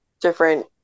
different